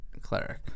cleric